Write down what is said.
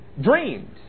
dreamed